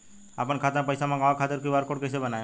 आपन खाता मे पईसा मँगवावे खातिर क्यू.आर कोड कईसे बनाएम?